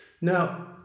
Now